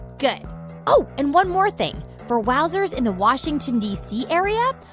good oh, and one more thing for wowzers in the washington, d c, area,